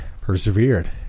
persevered